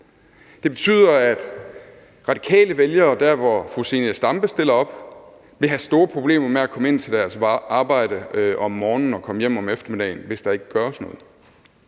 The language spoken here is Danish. det betyder, at radikale vælgere der, hvor fru Zenia Stampe stiller op, vil have store problemer med at komme ind til deres arbejde om morgenen og komme hjem om eftermiddagen, hvis ikke der gøres noget.